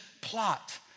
plot